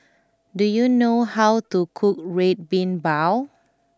do you know how to cook Red Bean Bao